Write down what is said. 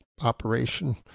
operation